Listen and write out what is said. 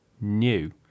new